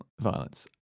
Violence